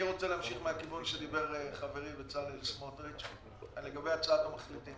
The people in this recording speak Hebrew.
אני רוצה להמשיך מהכיוון שדיבר חברי בצלאל סמוטריץ' לגבי הצעת המחליטים.